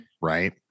Right